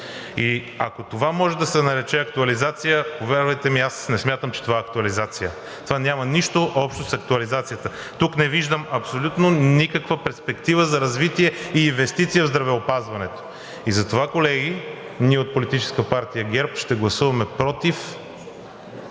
Ако това може да се нарече актуализация, повярвайте ми, аз не смятам, че това е актуализация. Това няма нищо общо с актуализацията. Тук не виждам абсолютно никаква перспектива за развитие и инвестиция в здравеопазването. Затова, колеги, ние от Политическа партия ГЕРБ ще гласуваме против